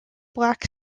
black